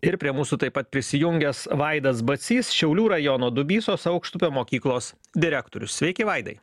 ir prie mūsų taip pat prisijungęs vaidas bacys šiaulių rajono dubysos aukštupio mokyklos direktorius sveiki vaidai